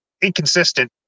inconsistent